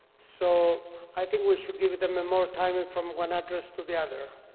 so i think we should give them a more time and from one address to the other.